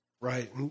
Right